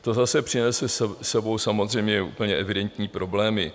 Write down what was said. To zase přinese s sebou samozřejmě úplně evidentní problémy.